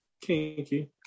Kinky